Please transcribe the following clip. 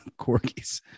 corgis